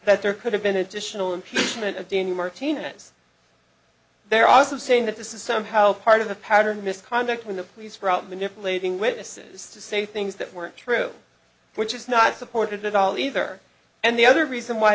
that there could have been additional impeachment of dean martinez they're also saying that this is somehow part of a pattern misconduct when the police were out manipulating witnesses to say things that weren't true which is not supported at all either and the other reason why